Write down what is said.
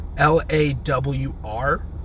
L-A-W-R